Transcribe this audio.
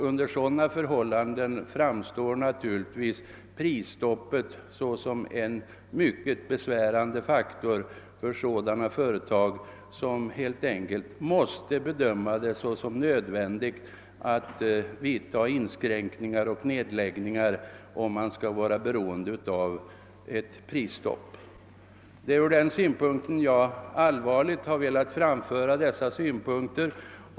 Under sådana förhållanden framstår nturligtvis prisstopp såsom en mycket besvärande faktor för sådana företag som helt enkelt måste bedöma det såsom nödvändigt att göra inskränkningar i driften eller nedlägga denna, om ett prisstopp skall gälla. Det är från den synpunkten jag allvarligt velat framföra dessa åsikter.